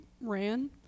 ran